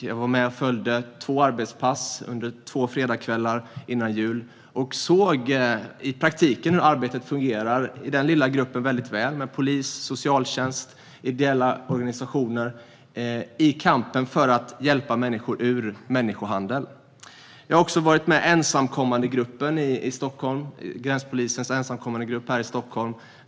Jag följde två arbetspass under två fredagskvällar före jul och såg hur arbetet fungerar i praktiken - i den lilla gruppen väldigt väl - med polis, socialtjänst och ideella organisationer i kampen för att hjälpa människor ur människohandel. Jag har också varit med gränspolisens ensamkommandegrupp i Stockholm.